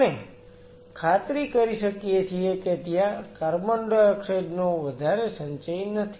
અને ખાતરી કરી શકીએ છીએ કે ત્યાં CO2 નો વધારે સંચય નથી